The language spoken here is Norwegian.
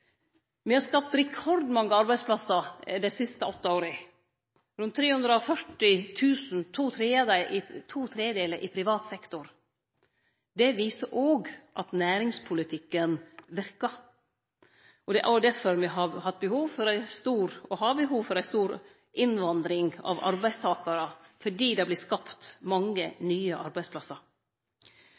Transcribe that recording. har skapt rekordmange arbeidsplassar dei siste åtte åra, rundt 340 000, to tredjedelar i privat sektor. Det viser òg at næringspolitikken verkar. Det er òg difor me har hatt og har behov for ei stor innvandring av arbeidstakarar, fordi det vert skapt mange nye arbeidsplassar.